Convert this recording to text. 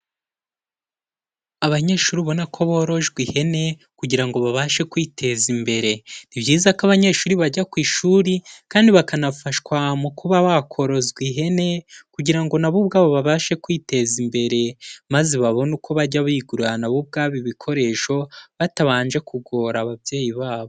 Abanyeshuri ubona ko borojwe ihene kugira ngo babashe kwiteza imbere, ni byiza ko abanyeshuri bajya ku ishuri kandi bakanafashwa mu kuba bakorozwa ihene kugira na bo ubwabo babashe kwiteza imbere, maze babone uko bajya bigurira na bo ubwabo ibikoresho batabanje kugora ababyeyi babo.